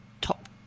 top